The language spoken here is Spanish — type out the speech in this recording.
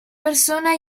persona